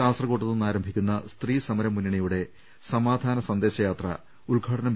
കാസർകോട് നിന്ന് ആരംഭിക്കുന്ന സ്ത്രീ സമര മുന്നണിയുടെ സമാധാന സന്ദേശ യാത്ര ഉദ്ഘാടുന്നും